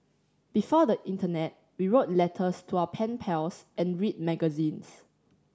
before the internet we wrote letters to our pen pals and read magazines